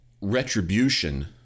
retribution